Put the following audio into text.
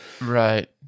right